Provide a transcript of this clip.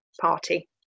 party